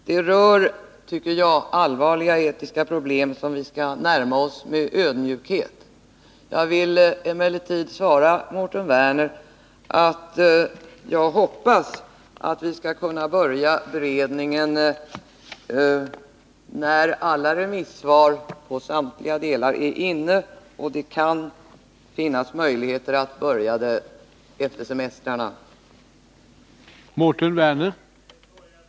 Det rör sig, tycker jag, om allvarliga etiska problem, som vi skall närma oss med ödmjukhet. Jag vill emellertid svara Mårten Werner att jag hoppas vi skall kunna börja beredningen när alla remissvar på samtliga delar är inne. Det kan finnas Nr 157 möjligheter att börja efter semestrarna. Onsdagen den